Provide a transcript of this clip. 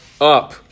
up